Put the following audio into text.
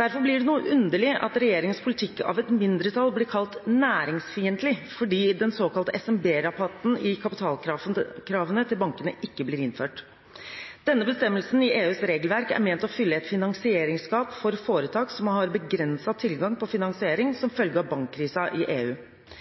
Derfor blir det noe underlig at regjeringens politikk av et mindretall blir kalt næringsfiendtlig fordi den såkalte SMB-rabatten i kapitalkravene til bankene ikke blir innført. Denne bestemmelsen i EUs regelverk er ment å fylle et finansieringsgap for foretak som har begrenset tilgang på finansiering som følge av bankkrisen i EU.